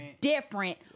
different